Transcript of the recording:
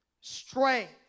Strength